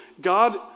God